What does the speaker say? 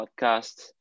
podcast